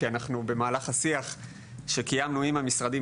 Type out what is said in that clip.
כי אנחנו במהלך השיח שקיימנו עם המשרדים,